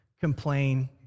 complain